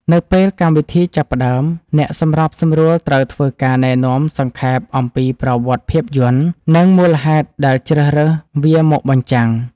នៅពេលកម្មវិធីចាប់ផ្ដើម អ្នកសម្របសម្រួលត្រូវធ្វើការណែនាំសង្ខេបអំពីប្រវត្តិភាពយន្ត និងមូលហេតុដែលជ្រើសរើសវាមកបញ្ចាំង។